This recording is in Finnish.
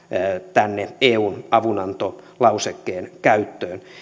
tänne eun avunantolausekkeen käyttöön